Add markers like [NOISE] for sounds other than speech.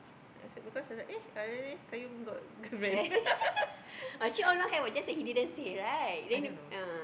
I said because I said eh alih alih Qayyum got girlfriend [LAUGHS] I don't know